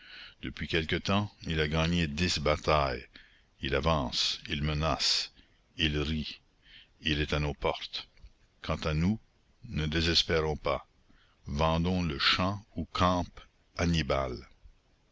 depuis quelque temps il a gagné dix batailles il avance il menace il rit il est à nos portes quant à nous ne désespérons pas vendons le champ où campe annibal